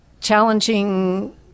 challenging